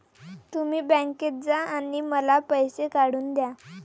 तुम्ही बँकेत जा आणि मला पैसे काढून दया